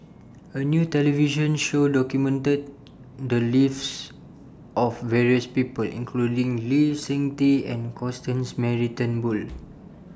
A New television Show documented The Lives of various People including Lee Seng Tee and Constance Mary Turnbull